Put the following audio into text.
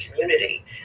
community